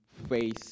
face